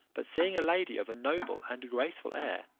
but seeing a lady of a noble and graceful air,